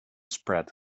spread